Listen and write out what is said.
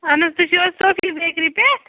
اہن حظ تُہۍ چھِ صوفی بیکری پٮ۪ٹھ